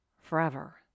forever